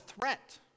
threat